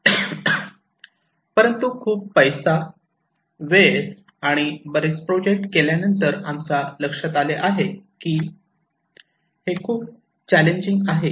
परंतु खूप पैसा वेळ आणि बरेच प्रोजेक्ट केल्यानंतर आमच्या लक्षात आले आहे की हे खूप चॅलेंजिंग आहे